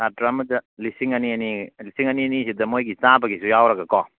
ꯁꯥꯇ꯭ꯔꯥ ꯑꯃꯗ ꯂꯤꯁꯤꯡ ꯑꯅꯤ ꯑꯅꯤ ꯂꯤꯁꯤꯡ ꯑꯅꯤ ꯑꯅꯤꯁꯤꯗ ꯃꯈꯣꯏꯒꯤ ꯆꯥꯕꯒꯤꯁꯨ ꯌꯥꯎꯔꯒꯀꯣ